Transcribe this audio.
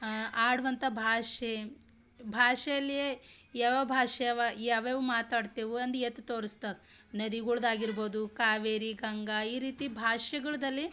ಆಡುವಂಥ ಭಾಷೆ ಭಾಷೆಯಲ್ಲಿಯೇ ಯಾವ್ಯಾವ ಭಾಷೆ ಅವ ಯಾವ್ಯಾವ ಮಾತಾಡ್ತೇವೆ ಅಂದು ಎತ್ತಿ ತೋರಸ್ತದೆ ನದಿಗಳ್ದ್ ಆಗಿರ್ಬೋದು ಕಾವೇರಿ ಗಂಗೆ ಈ ರೀತಿ ಭಾಷೆಗಳ್ದಲ್ಲಿ